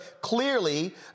clearly